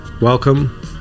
Welcome